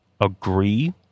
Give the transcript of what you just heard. agree